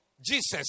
Jesus